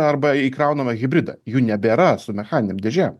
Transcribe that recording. arba įkraunamą hibridą jų nebėra su mechaninėm dėžėm